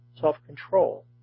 self-control